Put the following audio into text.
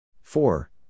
Four